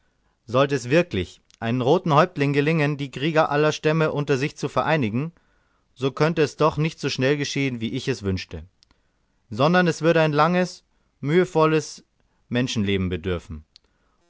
sollte es wirklich einem roten häuptlinge gelingen die krieger aller stämme unter sich zu vereinigen so könnte es doch nicht so schnell geschehen wie ich es wünschte sondern es würde eines langen mühevollen menschenlebens bedürfen